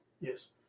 Yes